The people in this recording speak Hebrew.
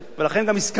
ולכן גם הסכמתי,